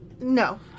No